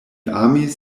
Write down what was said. amis